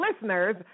listeners